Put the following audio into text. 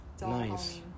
Nice